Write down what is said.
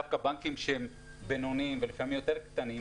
דווקא בנקים שהם בינוניים ולפעמים יותר קטנים,